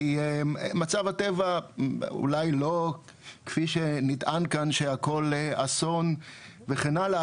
כי מצב הטבע אולי לא כפי שנטען כאן שהכן אסון וכן הלאה,